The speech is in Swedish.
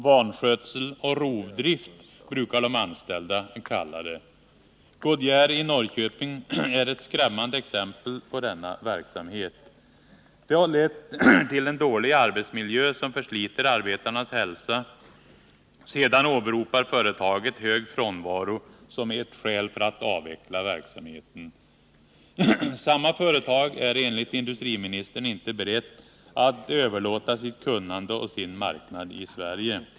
Vanskötsel och rovdrift, brukar de anställda kalla det. Goodyear i Norrköping är ett skrämmande exempel på denna verksamhet. Den har lett till en dålig arbetsmiljö och försliter arbetarnas hälsa. Sedan åberopar företaget hög frånvaro som ett skäl för att avveckla verksamheten. Samma företag är enligt industriministern inte berett att överlåta sitt kunnande och sin marknad i Sverige.